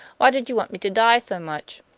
why did you want me to die so much?